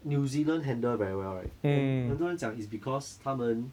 new zealand handle very well right and 很多人讲 is because 他们